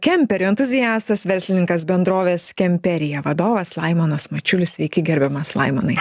kemperių entuziastas verslininkas bendrovės kemperija vadovas laimonas mačiulis sveiki gerbiamas laimonai